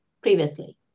previously